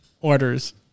Orders